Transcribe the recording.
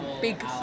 big